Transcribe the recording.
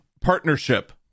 Partnership